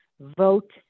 vote